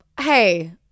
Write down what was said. Hey